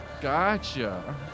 gotcha